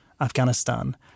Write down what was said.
Afghanistan